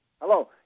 hello